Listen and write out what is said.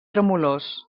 tremolors